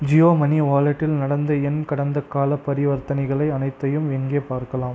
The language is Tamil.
ஜியோ மனி வாலெட்டில் நடந்த என் கடந்தகாலப் பரிவர்த்தனைகள் அனைத்தையும் எங்கே பார்க்கலாம்